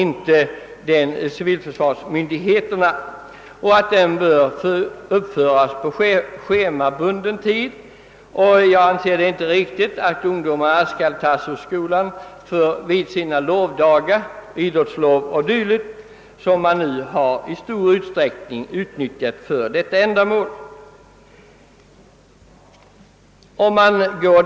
Utbildningen bör uppföras på schemabunden tid — jag anser det inte riktigt att, såsom hittills skett, i stor utsträckning ta i anspråk idrottsdagar och andra lovdagar för detta ändamål. I så fall bör den tid som erfordras överföras från idrottsoch lovdagar till sehemabunden tid.